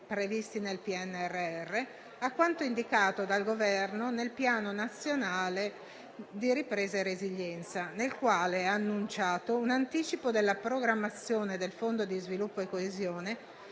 previsti nel PNRR, quanto indicato dal Governo nel Piano nazionale di ripresa e resilienza, nel quale è annunciato un anticipo della programmazione del Fondo per lo sviluppo e la coesione